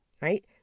Right